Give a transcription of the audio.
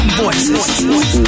voices